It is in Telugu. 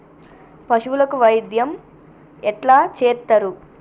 పశువులకు వైద్యం ఎట్లా చేత్తరు?